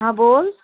हां बोल